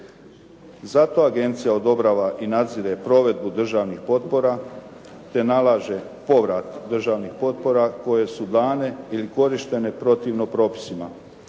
Zato agencija odobrava i nadzire provedbu državnih potpora te nalaže povrat državnih potpora koje su dane ili korištene protivno propisima.